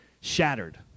Shattered